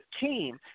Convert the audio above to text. team